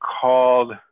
called